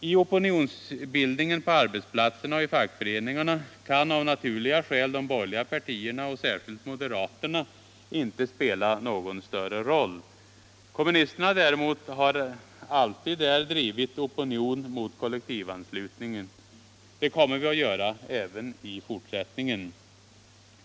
I opinionsbildningen på arbetsplatserna och i fackföreningarna kan av naturliga skäl de borgerliga partierna, främst moderaterna, inte spela någon större roll. Kommunisterna däremot har där alltid drivit opinionen mot kollektivanslutningen. Det kommer vi att göra även i fortsättningen.